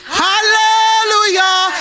hallelujah